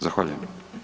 Zahvaljujem.